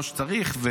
כמו שצריך.